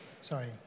Sorry